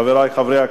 חברי חברי הכנסת,